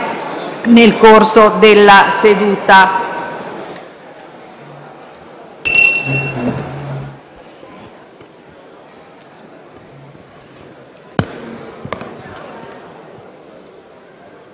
nel corso della seduta.